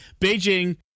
Beijing